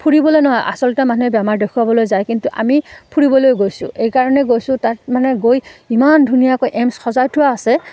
ফুৰিবলৈ নহয় আচলতে মানুহে বেমাৰ দেখুৱাবলৈ যায় কিন্তু আমি ফুৰিবলৈ গৈছোঁ এইকাৰণে গৈছোঁ তাত মানে গৈ ইমান ধুনীয়াকৈ এইমছ্ সজাই থোৱা আছে